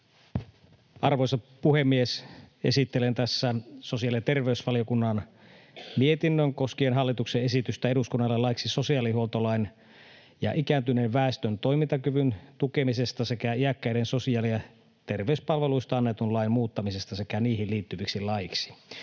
Role: chairman Type: chairman_statement Section: 6 - Hallituksen esitys eduskunnalle laeiksi sosiaalihuoltolain ja ikääntyneen väestön toimintakyvyn tukemisesta sekä iäkkäiden sosiaali- ja terveyspalveluista annetun lain muuttamisesta sekä niihin liittyviksi laeiksi